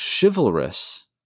chivalrous